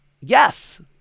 yes